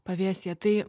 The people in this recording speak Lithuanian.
pavėsyje tai